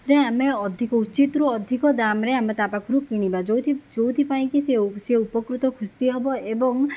ରେ ଆମେ ଅଧିକ ଉଚିତ୍ରୁ ଅଧିକ ଦାମ୍ରେ ଆମେ ତା' ପାଖରୁ କିଣିବା ଯେଉଁଥି ଯେଉଁଥି ପାଇଁ କି ସେ ସେ ଉପକୃତ ଖୁସି ହେବ ଏବଂ